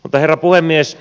herra puhemies